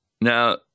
Now